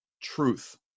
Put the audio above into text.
truth